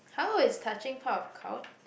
how is touching part of cul~